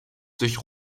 durch